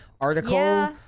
article